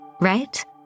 right